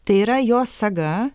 tai yra jos saga